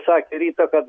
sakė rytą kad